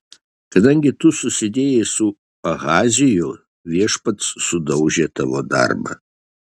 kadangi tu susidėjai su ahaziju viešpats sudaužė tavo darbą